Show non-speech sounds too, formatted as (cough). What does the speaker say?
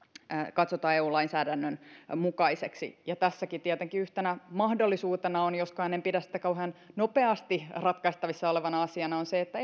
katsotaan eu lainsäädännön mukaiseksi tässäkin tietenkin yhtenä mahdollisuutena joskaan en pidä sitä kauhean nopeasti ratkaistavissa olevana asiana on se että (unintelligible)